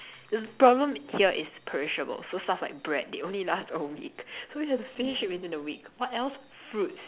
the problem here is perishable so stuff like bread they only last a week so we have to finish it within a week what else fruits